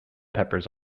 peppers